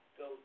go